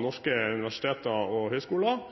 norske universiteter og høyskoler, for så å falle ned i denne Dødens Dal og